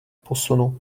posunu